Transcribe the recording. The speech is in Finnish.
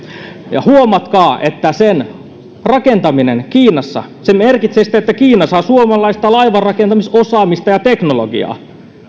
ja huomatkaa että sen rakentaminen kiinassa merkitsee sitä että kiina saa suomalaista laivanrakentamisosaamista ja teknologiaa